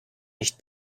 nicht